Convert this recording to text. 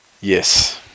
Yes